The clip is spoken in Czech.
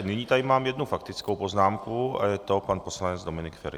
Nyní tady mám jednu faktickou poznámku a je to pan poslanec Dominik Feri.